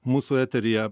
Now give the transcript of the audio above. mūsų eteryje